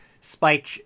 Spike